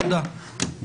תודה.